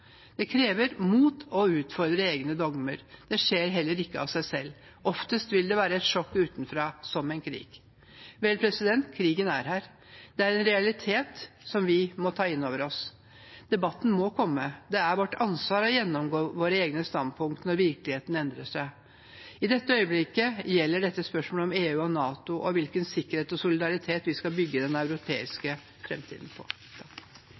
Det krever mot å utfordre egne dogmer. Det skjer heller ikke av seg selv. Oftest vil det være på grunn av et sjokk utenfra, som en krig. Vel, krigen er her. Det er en realitet som vi må ta inn over oss. Debatten må komme. Det er vårt ansvar å gjennomgå våre egne standpunkt når virkeligheten endrer seg. I dette øyeblikket gjelder det spørsmålet om EU og NATO og hvilken sikkerhet og solidaritet vi skal bygge den europeiske framtiden på.